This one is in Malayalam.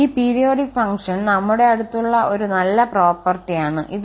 ഈ പീരിയോഡിക് ഫംഗ്ഷൻ നമ്മുടെ അടുത്തുള്ള ഒരു നല്ല പ്രോപ്പർട്ടിയാണ് ഇത്